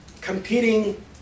competing